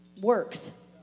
works